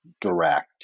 direct